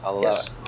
yes